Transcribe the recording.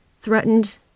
threatened